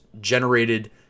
generated